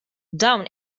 dawn